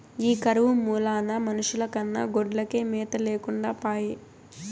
ఈ కరువు మూలాన మనుషుల కన్నా గొడ్లకే మేత లేకుండా పాయె